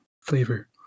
flavor